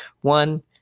One